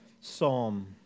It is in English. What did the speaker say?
psalm